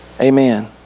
Amen